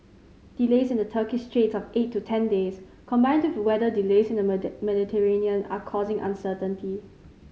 delays in the Turkish straits of eight to ten days combined with weather delays in the Mediterranean are causing uncertainty